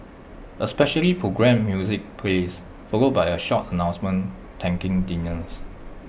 A specially programmed music plays followed by A short announcement thanking dinners